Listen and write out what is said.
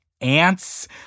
ants